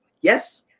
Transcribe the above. yes